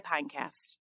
Pinecast